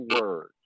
word